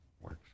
works